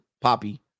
poppy